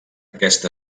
aquest